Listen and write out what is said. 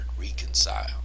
reconcile